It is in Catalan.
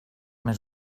més